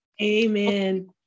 Amen